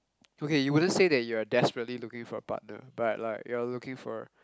okay you wouldn't say that you are desperately looking for a partner but like you are looking for